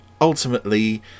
ultimately